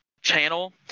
channel